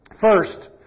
First